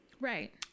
right